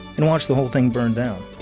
and watched the whole thing burn down.